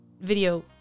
video